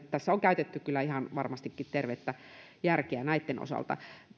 tässä on käytetty kyllä ihan varmastikin tervettä järkeä näitten osalta